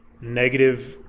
negative